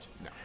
No